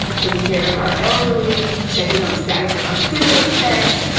taking care of our elderly, checking on the status of our stimulus checks,